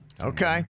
okay